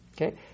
Okay